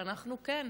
שאנחנו מאוד